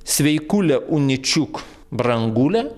sveikulė uničiuk brangule